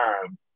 time